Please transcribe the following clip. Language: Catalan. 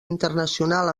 internacional